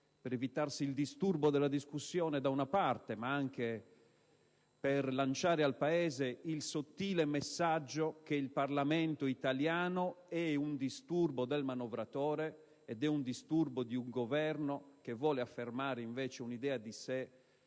per evitarsi il disturbo della discussione, nonché per lanciare al Paese il sottile messaggio che il Parlamento italiano è un disturbo per il manovratore, un disturbo per un Governo che vuole affermare una idea di sé